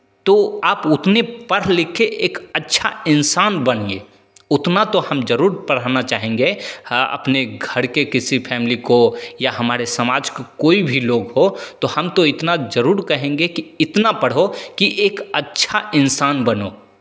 तो आप उतने पढ़ लिख के एक अच्छा इंसान बनिए उतना तो हम ज़रूर पढ़ाना चाहेंगे अपने घर के किसी फैमिली को या हमारे समाज के कोई भी लोग हों तो हम तो इतना ज़रूर कहेंगे कि इतना पढ़ो कि एक अच्छा इंसान बनो